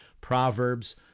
Proverbs